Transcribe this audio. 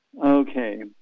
Okay